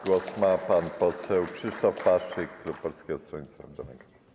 Głos ma pan poseł Krzysztof Paszyk, klub Polskiego Stronnictwa Ludowego.